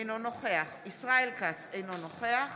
אינו נוכח ישראל כץ, אינו נוכח